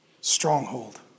Stronghold